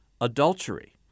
adultery